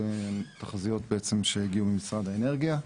הן בעצם תחזיות שהגיעו ממשרד האנרגיה,